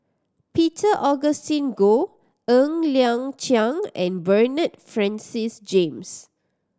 Peter Augustine Goh Ng Liang Chiang and Bernard Francis James